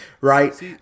right